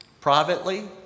privately